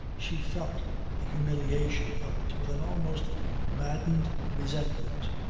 she felt the humiliation of it with an almost maddened resentment.